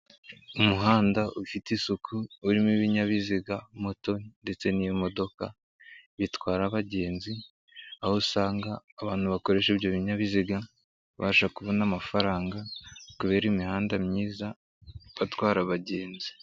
Umuhanda ufite isuku urimo ibinyabiziga moto ndetse n'imodoka, bitwara abagenzi aho usanga abantu bakoresha ibyo binyabiziga, babasha kubona amafaranga kubera imihanda myiza batwara abagenzi.